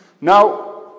Now